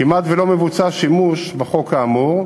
כמעט שלא מבוצע שימוש בחוק האמור,